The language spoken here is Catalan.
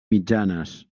mitjanes